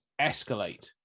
escalate